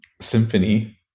symphony